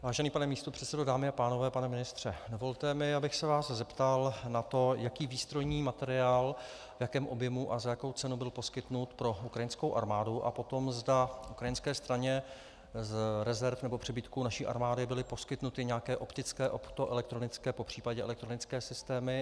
Vážený pane místopředsedo, dámy a pánové, pane ministře, dovolte mi, abych se vás zeptal na to, jaký výstrojní materiál, v jakém objemu a za jakou cenu byl poskytnut pro ukrajinskou armádu, a potom, zda ukrajinské straně z rezerv nebo přebytků naší armády byly poskytnuty nějaké optické, optoelektronické, popřípadě elektronické systémy.